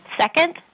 Second